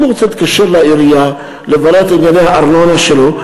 אם הוא רוצה להתקשר לעירייה לברר את ענייני הארנונה שלו,